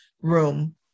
room